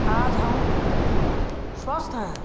आज हम स्वस्थ हैं